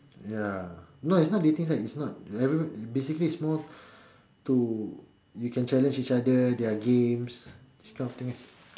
ya no it's not dating site it's not basically is more to you can challenge each other there are games these kind of things lah